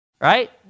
right